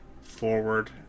forward